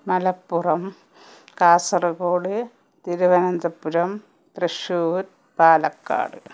Malappuram Kasaragod Thiruvananthapuram Thrissur Palakkad